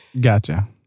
Gotcha